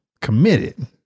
Committed